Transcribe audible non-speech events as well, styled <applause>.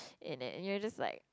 <breath> and then you're just like